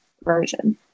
version